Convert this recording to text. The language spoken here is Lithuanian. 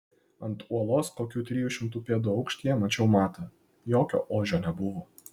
ant uolos kokių trijų šimtų pėdų aukštyje mačiau matą jokio ožio nebuvo